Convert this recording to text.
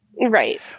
Right